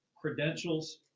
credentials